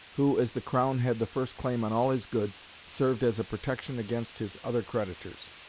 who, as the crown had the first claim on all his goods, served as a protection against his other creditors,